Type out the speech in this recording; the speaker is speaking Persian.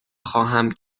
خواهم